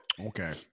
Okay